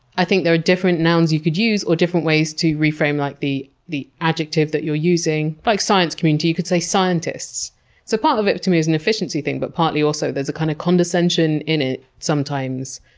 i think there are different nouns you could use or different ways to reframe like the the adjective that you're using. like science community, you could say scientists so part of it, to me, is an efficiency thing, but partly also there's a kind of condescension in it sometimes.